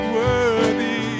worthy